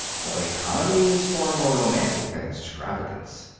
for economy is far more romantic than extravagance.